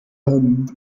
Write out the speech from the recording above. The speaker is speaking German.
hand